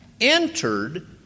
entered